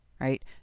Right